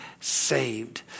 saved